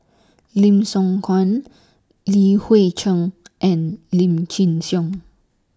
Lim Siong Guan Li Hui Cheng and Lim Chin Siong